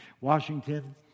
Washington